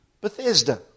Bethesda